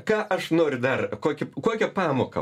ką aš noriu dar kokį kokią pamoką